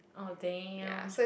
oh damn